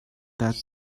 that